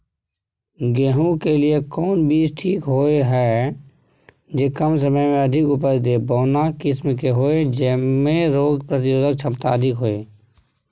गेहूं के लिए कोन बीज ठीक होय हय, जे कम समय मे अधिक उपज दे, बौना किस्म के होय, जैमे रोग प्रतिरोधक क्षमता अधिक होय?